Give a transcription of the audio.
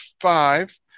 five